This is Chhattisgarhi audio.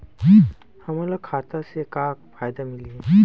हमन ला खाता से का का फ़ायदा मिलही?